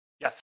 Yes